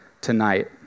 tonight